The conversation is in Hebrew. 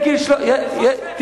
אבל זה כמו שאתם עשיתם,